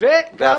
וגם אחורה.